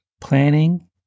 planning